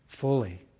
fully